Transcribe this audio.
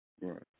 Right